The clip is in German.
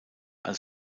als